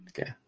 Okay